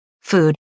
food